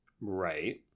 Right